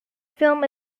film